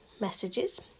messages